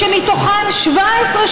חשב על האזרח